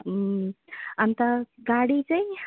अन्त गाडी चाहिँ